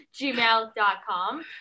gmail.com